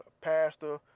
Pastor